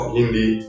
Hindi